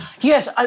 Yes